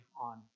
on